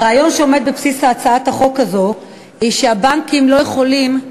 הרעיון שעומד בבסיס הצעת החוק הזו הוא שהבנקים לא יכולים רק